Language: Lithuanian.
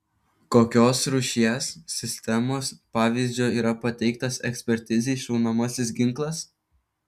kokios rūšies sistemos pavyzdžio yra pateiktas ekspertizei šaunamasis ginklas